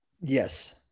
Yes